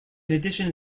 addition